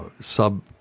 sub